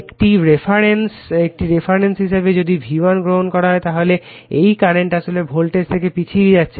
একটি রেফারেন্স হিসাবে যদি V1 গ্রহণ করা হয় তাহলে এই কারেন্ট আসলে ভোল্টেজ থেকে পিছিয়ে আছে